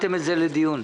לדיון?